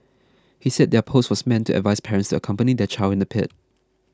he said their post was meant to advise parents accompany their child in the pit